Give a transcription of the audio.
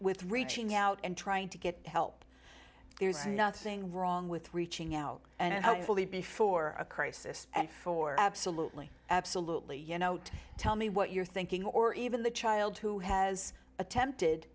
with reaching out and trying to get help there's nothing wrong with reaching out and hopefully before a crisis and for absolutely absolutely you know to tell me what you're thinking or even the child who has attempted